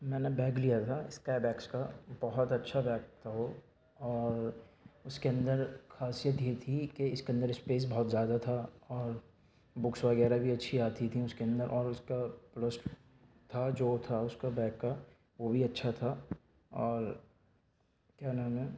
میں نے بیگ لیا تھا اسکائی بیگس کا بہت اچھا بیگ تھا وہ اور اُس کے اندر خاصیت یہ تھی کہ اِس کے اندر اسپیس بہت زیادہ تھا اور بُکس وغیرہ بھی اچھی آتی تھیں اُس کے اندر اور اُس کا پلس تھا جو تھا اُس کا بیگ کا وہ بھی اچھا تھا اور کیا نام ہے